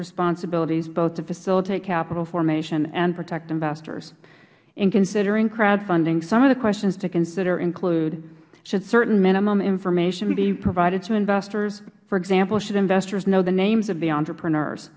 responsibilities both to facilitate capital formation and protect investors in considering crowdfunding some of the questions to consider include should certain minimum information be provided to investors for example should investors know the names of the entrepreneurs